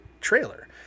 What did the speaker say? trailer